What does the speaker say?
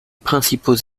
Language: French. principaux